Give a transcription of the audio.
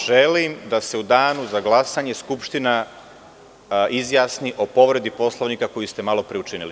Želim da se u Danu za glasanje Skupština izjasni o povredi Poslovnika koju ste malo pre učinili.